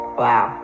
wow